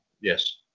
Yes